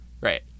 Right